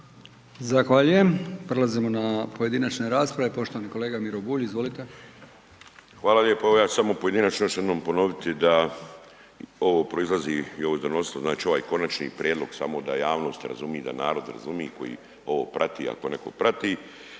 Zahvaljujem. Prelazimo na pojedinačne rasprave, poštovani kolega Miro Bulj. Izvolite. **Bulj, Miro (MOST)** Hvala lijepo. Evo ja ću samo pojedinačno još jednom ponoviti da ovo proizlazi i ovo se donosilo znači ovaj konačni prijedlog samo da javnost razumije, da narod razumi koji ovo prati ako neko prati,